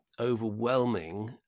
overwhelming